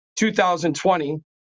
2020